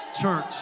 church